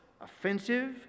offensive